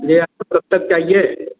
जी आपको कब तक चाहिए